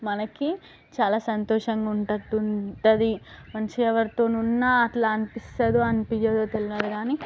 మనకి చాలా సంతోషంగా ఉన్నట్టు ఉంటుంది మంచిగా ఎవరితోని ఉన్నా అట్లా అనిపిస్తుందో అనిపించదో తెలియదు కానీ